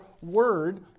word